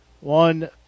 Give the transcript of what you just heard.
one